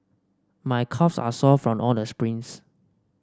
my calves are sore from all the sprints